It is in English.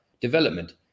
development